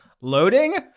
loading